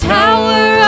tower